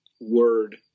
word